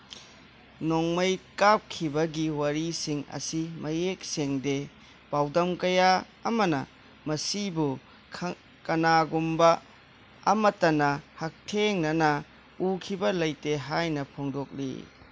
ꯅꯣꯡꯃꯩ ꯀꯥꯞꯈꯤꯕꯒꯤ ꯋꯥꯔꯤꯁꯤꯡ ꯑꯁꯤ ꯃꯌꯦꯛ ꯁꯦꯡꯗꯦ ꯄꯥꯎꯗꯝ ꯀꯌꯥ ꯑꯃꯅ ꯃꯁꯤꯕꯨ ꯀꯅꯥꯒꯨꯝꯕ ꯑꯃꯠꯇꯅ ꯍꯛꯊꯦꯡꯅꯅ ꯎꯈꯤꯕ ꯂꯩꯇꯦ ꯍꯥꯏꯅ ꯐꯣꯡꯗꯣꯛꯂꯤ